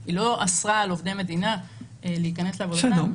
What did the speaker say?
היא לא אסרה על עובדי מדינה להיכנס לעבודה.